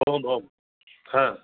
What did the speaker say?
आम् आम्